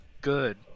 Good